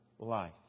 Life